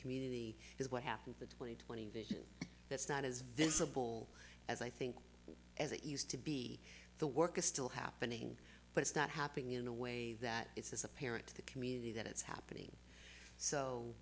community is what happened the twenty twenty vision that's not as visible as i think as it used to be the work is still happening but it's not happening in a way that it's apparent to the community that it's happening so